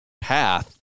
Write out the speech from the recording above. path